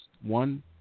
one-